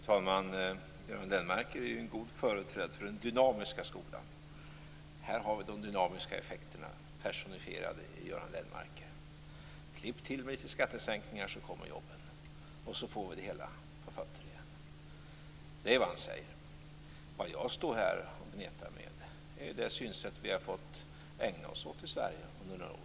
Fru talman! Göran Lennmarker är en god företrädare för den dynamiska skolan. De dynamiska effekterna är personifierade i Göran Lennmarker. Klipp till med några skattesänkningar så kommer jobben, och så får vi det hela på fötter igen! Det är vad han säger. Vad jag står här och pratar om är det synsätt vi har varit hänvisade till i Sverige under några år.